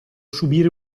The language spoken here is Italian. subire